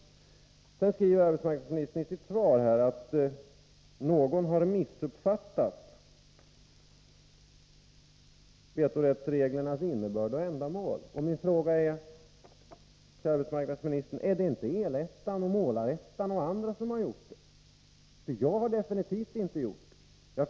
I sitt svar skriver arbetsmarknadsministern att någon har missuppfattat vetorättsreglernas innebörd och ändamål. Min fråga till arbetsmarknadsministern är: Är det inte El-ettan och Målar-ettan och andra som har missuppfattat? Jag har absolut inte gjort det.